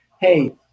hey